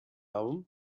album